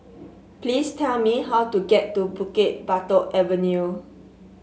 please tell me how to get to Bukit Batok Avenue